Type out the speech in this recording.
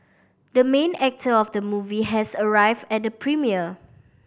the main actor of the movie has arrived at the premiere